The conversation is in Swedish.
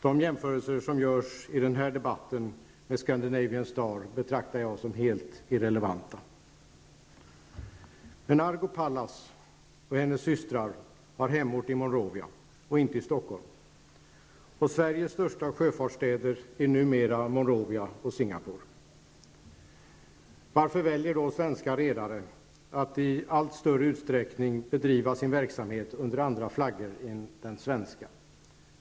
De jämförelser som gjorts här i debatten med Scandinavian Star betraktar jag som helt irrelevanta. Men Argo Pallas och hennes systrars hemort är i Monrovia och inte i Stockholm, och Sveriges största sjöfartsstäder är numera Monrovia och Singapore. Varför väljer då svenska redare att i allt större utsträckning bedriva sin verksamhet under andra flaggor än den svenska?